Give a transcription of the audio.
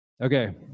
Okay